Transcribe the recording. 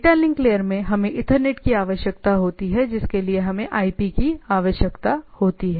data link layer में हमें Ethernet की आवश्यकता होती है जिसके लिए हमें आईपी की आवश्यकता होती है